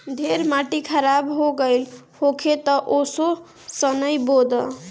ढेर माटी खराब हो गइल होखे तअ असो सनइ बो दअ